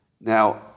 Now